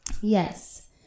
yes